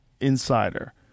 Insider